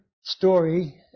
story